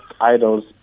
idols